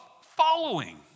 following